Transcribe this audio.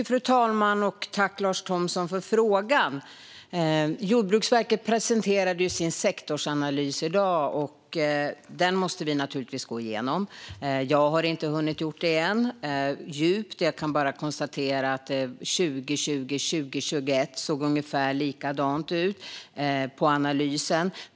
Fru talman! Tack, Lars Thomsson, för frågan! Jordbruksverket presenterade sin sektorsanalys i dag, och den måste vi naturligtvis gå igenom. Jag har inte hunnit göra det på djupet än; jag kan bara konstatera att det såg ungefär likadant ut 2020 och 2021 i analysen.